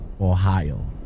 Ohio